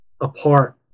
apart